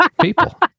people